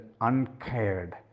uncared